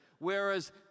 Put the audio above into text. Whereas